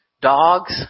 dogs